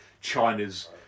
China's